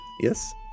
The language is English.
yes